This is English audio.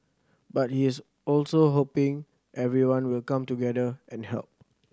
but he is also hoping everyone will come together and help